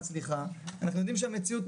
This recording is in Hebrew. אנחנו יודעים שהמציאות,